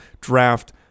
Draft